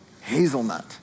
hazelnut